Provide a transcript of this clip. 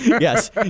Yes